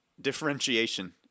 differentiation